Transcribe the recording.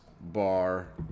Bar